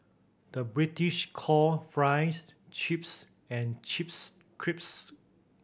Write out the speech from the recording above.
the British call fries chips and chips crisps